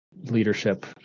leadership